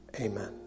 Amen